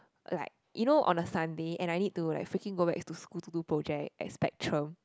like you know on a Sunday and I need to like freaking go back to school to do project at Spectrum